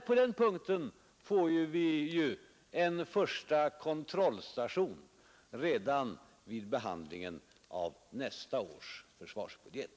På den punkten får vi en första kontrollstation redan vid behandlingen av nästa års försvarsbudget.